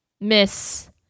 Miss